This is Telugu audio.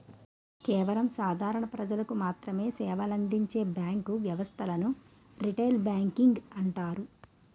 కేవలం సాధారణ ప్రజలకు మాత్రమె సేవలందించే బ్యాంకు వ్యవస్థను రిటైల్ బ్యాంకింగ్ అంటారు